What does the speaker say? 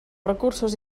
recursos